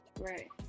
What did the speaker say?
Right